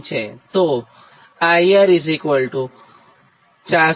તો IR477